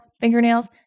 fingernails